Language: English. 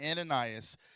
Ananias